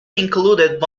included